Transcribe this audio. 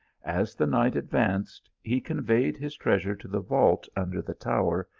as the night advanced, he conveyed his treasure to the vault under the tower,